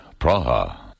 Praha